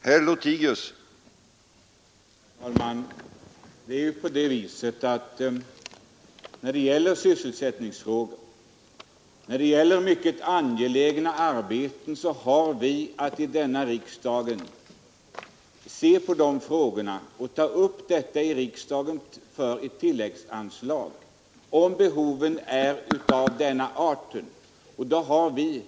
Herr talman! När det gäller sysselsättningsfrågor och mycket angelägna arbeten har vi i denna riksdag möjlighet att begära tilläggsanslag.